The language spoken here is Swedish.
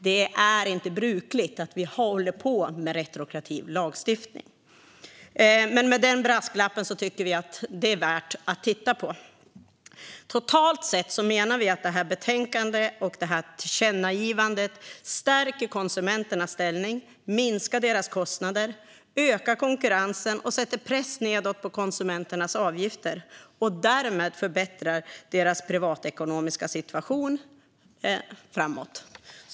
Det är inte brukligt att vi håller på med retroaktiv lagstiftning, men med den brasklappen tycker vi att detta är värt att titta på. Totalt sett menar vi att betänkandet och tillkännagivandet stärker konsumenternas ställning, minskar deras kostnader, ökar konkurrensen samt sätter press nedåt på konsumenternas avgifter och därmed förbättrar deras privatekonomiska situation framöver.